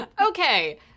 okay